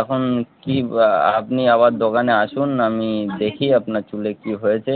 এখন কী আপনি আবার দোকানে আসুন আমি দেখি আপনার চুলে কী হয়েছে